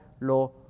lo